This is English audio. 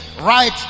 right